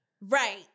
Right